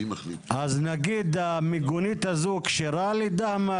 אז, נגיד, המיגונית הזו כשרה לדהמש?